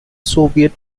soviet